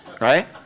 right